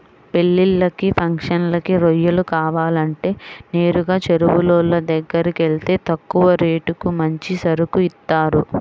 పెళ్ళిళ్ళకి, ఫంక్షన్లకి రొయ్యలు కావాలంటే నేరుగా చెరువులోళ్ళ దగ్గరకెళ్తే తక్కువ రేటుకి మంచి సరుకు ఇత్తారు